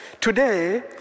today